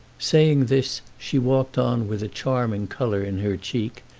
saying this she walked on with a charming colour in her cheek,